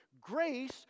grace